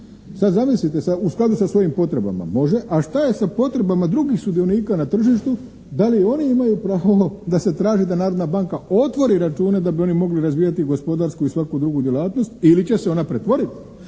Sad zamislite, u skladu sa svojim potrebama može, a šta je sa potrebama drugih sudionika na tržištu, da li oni imaju pravo da se traži da Narodna banka otvori račune da bi oni mogli razvijati gospodarsku i svaku drugu djelatnost ili će se ona pretvoriti